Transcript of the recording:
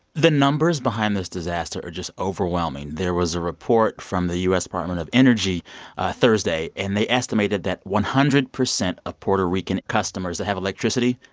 the numbers behind this disaster are just overwhelming. there was a report from the u s. department of energy thursday. and they estimated that one hundred percent of puerto rican customers that have electricity,